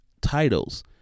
titles